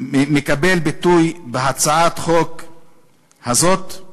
מקבל ביטוי בהצעת החוק הזאת.